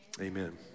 Amen